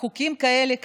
חוקים כאלה,